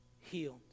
healed